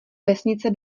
vesnice